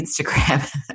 Instagram